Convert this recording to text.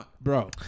Bro